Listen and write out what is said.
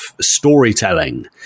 storytelling